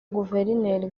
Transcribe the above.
guverineri